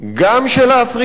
גם של האפריקנים,